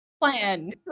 plan